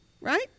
right